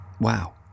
Wow